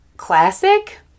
classic